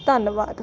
ਧੰਨਵਾਦ